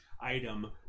item